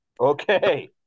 Okay